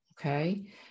Okay